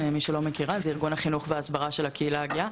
מי שלא מכירה זה ארגון החינוך וההסברה של הקהילה הגאה.